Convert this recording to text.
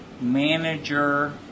manager